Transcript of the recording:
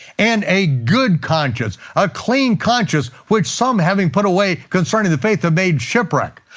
and a good conscience, a clean conscience, which some, having put away, concerning the faith, have made shipwreck.